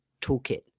toolkit